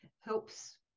helps